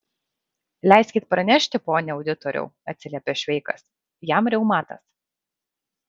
leiskit pranešti pone auditoriau atsiliepė šveikas jam reumatas